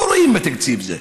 לא רואים את זה בתקציב זה.